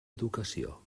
educació